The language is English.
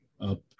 Up